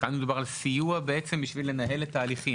כאן מדובר על סיוע בשביל לנהל את ההליכים.